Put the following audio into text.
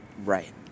Right